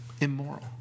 immoral